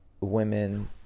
women